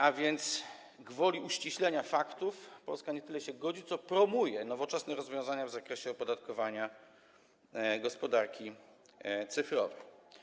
A więc gwoli uściślenia: Polska nie tyle się godzi, co promuje nowoczesne rozwiązania w zakresie opodatkowania gospodarki cyfrowej.